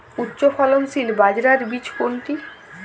উচ্চফলনশীল বাজরার বীজ কোনটি?